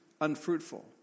unfruitful